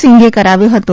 સિંઘે કરાવ્યો હતો